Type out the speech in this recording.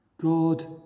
God